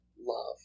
love